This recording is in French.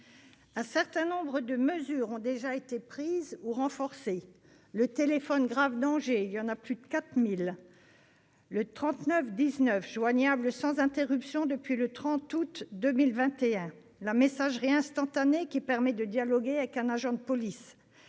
Un certain nombre de mesures ont déjà été prises ou renforcées : le téléphone grave danger- il y en a plus de 4 000 -; le 3919 joignable sans interruption depuis le 30 août 2021 ; la messagerie instantanée qui permet de dialoguer avec un agent de police